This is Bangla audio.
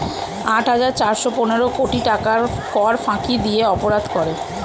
আট হাজার চারশ পনেরো কোটি টাকার কর ফাঁকি দিয়ে অপরাধ করে